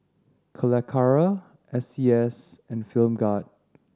Calacara S C S and Film God